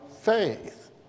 faith